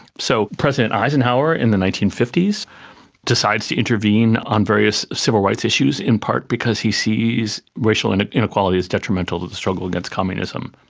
so president eisenhower in the nineteen fifty s decides to intervene on various civil rights issues, in part because he sees racial inequality as detrimental to the struggle against communism.